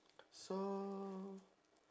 so